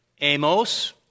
Amos